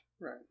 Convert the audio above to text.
Right